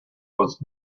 was